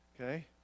Okay